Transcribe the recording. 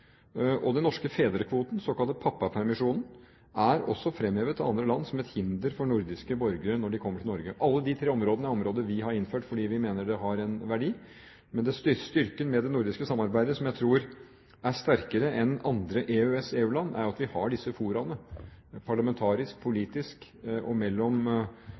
Den norske fedrekvoten, den såkalte pappapermisjonen, er også fremhevet av andre land som et hinder for nordiske borgere når de kommer til Norge. Alle de tre ordningene er ordninger vi har innført fordi vi mener det har en verdi. Men styrken med det nordiske samarbeidet, som jeg tror er sterkere enn i andre EØS/EU-land, er at vi har disse foraene – parlamentarisk, politisk og mellom